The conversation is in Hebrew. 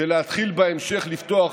ולהתחיל בהמשך לפתוח,